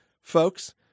folks